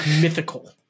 mythical